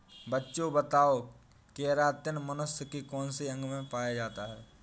बच्चों बताओ केरातिन मनुष्य के कौन से अंग में पाया जाता है?